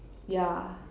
yeah